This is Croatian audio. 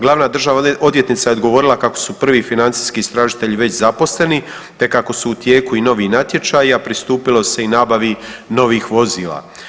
Glavna državna odvjetnica je odgovorila kako su prvi financijski istražitelji već zaposleni, te kako su u tijeku i novi natječaji, a pristupilo se i nabavi novih vozila.